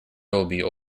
will